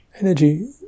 energy